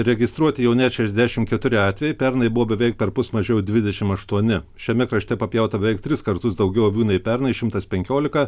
registruoti jau net šešiasdešimt keturi atvejai pernai buvo beveik perpus mažiau dvidešimt aštuoni šiame krašte papjauta beveik tris kartus daugiau avių nei pernai šimtas penkiolika